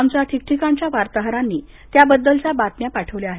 आमच्या ठिकठिकाणच्या वार्ताहरांनी त्याबद्दलच्या बातम्या पाठवल्या आहेत